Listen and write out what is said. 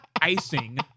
icing